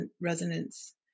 resonance